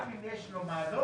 גם אם יש לו מעלון,